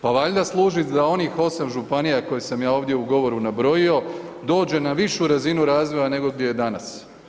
Pa valjda služi za onih 8 županija koje sam ja ovdje u govoru nabrojio, dođe na višu razinu razvoja nego gdje je danas.